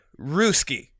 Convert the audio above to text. Ruski